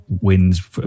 wins